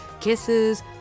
kisses